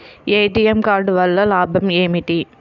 ATM card వల్ల లాభం ఏమిటి?